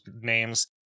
names